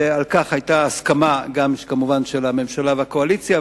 ועל כך היתה הסכמה גם של הממשלה והקואליציה.